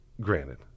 granted